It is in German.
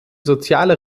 soziale